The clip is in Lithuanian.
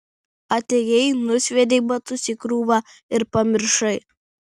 atėjai nusviedei batus į krūvą ir pamiršai